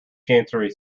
chancery